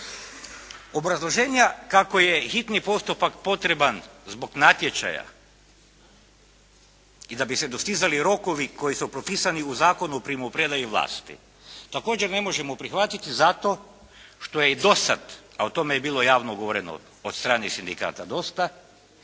Obrazloženja kako je hitni postupak potreban zbog natječaja i da bi se dostizali rokovi koji su propisani u Zakonu o primopredaji vlasti također ne možemo prihvatiti, zato što je i dosada, a o tome je bilo javno govoreno od strane sindikata dosta,